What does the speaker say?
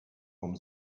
vom